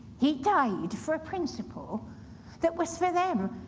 he died for a principle that was, for them,